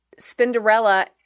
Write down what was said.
Spinderella